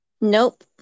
Nope